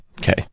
Okay